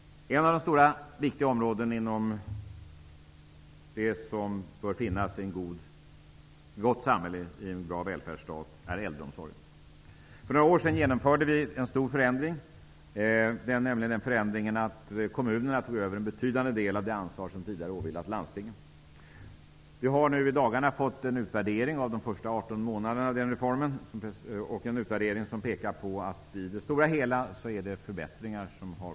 Ett av de stora, viktiga områden som bör ingå i en bra välfärdsstat i ett gott samhälle är äldreomsorgen. För några år sedan genomförde vi en stor förändring. Kommunerna tog över en betydande del av det ansvar som tidigare åvilat landstingen. I dagarna har vi fått en utvärdering av de första 18 månaderna av den reformen. Utvärderingen pekar på att det i det stora hela har åstadkommits förbättringar.